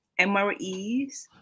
MREs